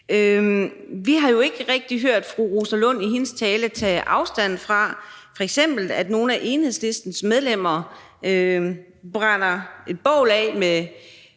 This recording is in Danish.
Vi har jo ikke rigtig hørt fru Rosa Lund i sin tale tage afstand fra, at f.eks. nogle af Enhedslistens medlemmer brænder et bål af med